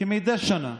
כמדי שנה,